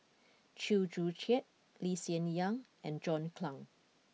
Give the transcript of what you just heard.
Chew Joo Chiat Lee Hsien Yang and John Clang